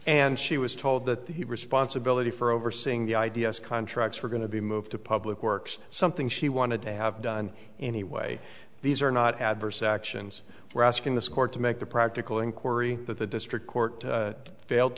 and she was told that the responsibility for overseeing the i d s contracts were going to be moved to public works something she wanted to have done anyway these are not adverse actions we're asking this court to make the practical inquiry that the district court failed